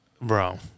Bro